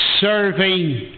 serving